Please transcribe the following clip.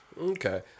Okay